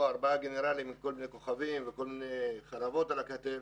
ארבעה גנרלים עם כל מיני כוכבים וחרבות על הכתף,